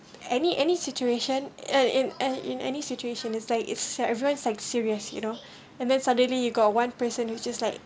any any situation and in and in any situation is like it's everyone's like serious you know and then suddenly you got one person you just like